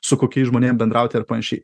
su kokiais žmonėm bendrauti ar panašiai